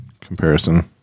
comparison